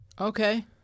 Okay